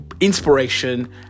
inspiration